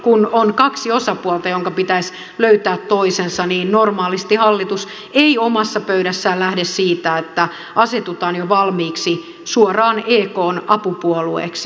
kun on kaksi osapuolta joiden pitäisi löytää toisensa niin normaalisti hallitus ei omassa pöydässään lähde siitä että asetutaan jo valmiiksi suoraan ekn apupuolueeksi